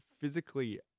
physically